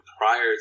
prior